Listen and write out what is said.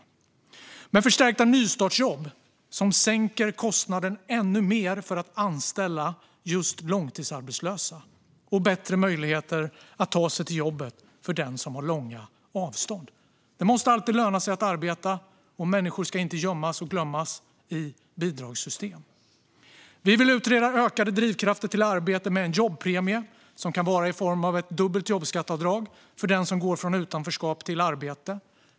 Vi satsar också genom förstärkta nystartsjobb som sänker kostnaden ännu mer för att anställa långtidsarbetslösa och genom bättre möjligheter att ta sig till jobbet för den som har långa avstånd. Det måste alltid löna sig att arbeta. Människor ska inte gömmas och glömmas i bidragssystem. Vi vill utreda ökade drivkrafter till arbete med en jobbpremie som kan vara i form av ett dubbelt jobbskatteavdrag för den som går från utanförskap till arbete.